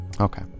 Okay